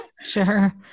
Sure